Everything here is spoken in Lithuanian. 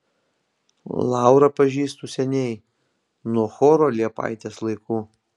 laurą pažįstu seniai nuo choro liepaitės laikų